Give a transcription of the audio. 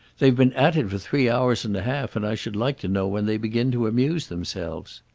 they've been at it for three hours and a half, and i should like to know when they begin to amuse themselves.